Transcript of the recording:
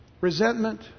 Resentment